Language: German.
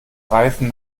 reifen